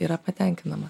yra patenkinamas